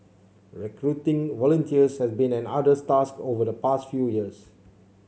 recruiting volunteers has been an arduous task over the past few years